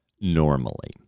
normally